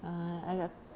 ya I got